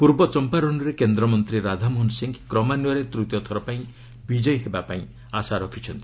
ପୂର୍ବ ଚମ୍ପାରନ୍ରେ କେନ୍ଦ୍ରମନ୍ତ୍ରୀ ରାଧାମୋହନ ସିଂହ କ୍ରମାନ୍ୱୟରେ ତୃତୀୟ ଥର ପାଇଁ ବିଜୟୀ ହେବାକୁ ଆଶା ରଖିଛନ୍ତି